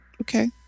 Okay